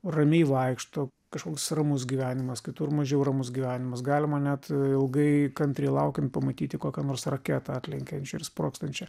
ramiai vaikšto kažkoks ramus gyvenimas kitur mažiau ramus gyvenimas galima net ilgai kantriai laukiant pamatyti kokią nors raketą atlekiančią ir sprogstančią